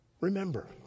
Remember